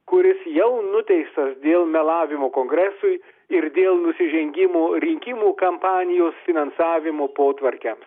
kuris jau nuteistas dėl melavimo kongresui ir dėl nusižengimo rinkimų kampanijos finansavimo potvarkiams